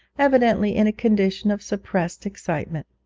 evidently in a condition of suppressed excitement.